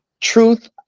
Truth